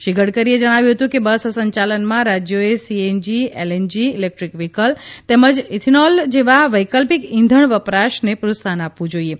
શ્રી ગડકરીએ જણાવ્યું હતું કે બસ સંયાલનમાં રાજ્યોએ C N G L N G electric vehicle તેમજ ઈથનોલ જેવા વૈકલ્પિક ઈંધણ વપરાશને પ્રોત્સાહન આપવું જોઈએ